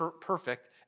perfect